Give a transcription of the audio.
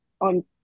on